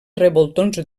revoltons